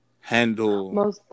handle